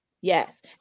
Yes